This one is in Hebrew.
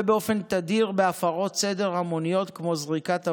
באופן תדיר בהפרות סדר המוניות כמו זריקת אבנים,